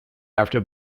after